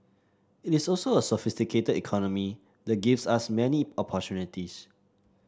it is also a sophisticated economy that gives us many opportunities